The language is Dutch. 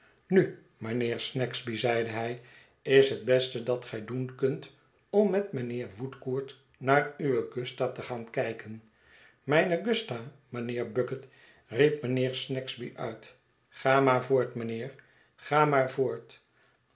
nu mijnheer snagsby zeide hij is het beste dat gij doen kunt om met mijnheer woodcourt naar uwe gusta te gaan kijken mijne gusta mijnheer bucket riep mijnheer snagsby uit ga maar voort mijnheer ga maar voort